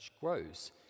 grows